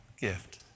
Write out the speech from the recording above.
gift